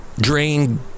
drain